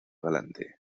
galante